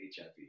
HIV